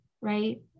right